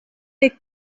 take